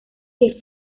que